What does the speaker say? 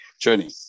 journey